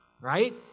Right